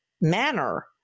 manner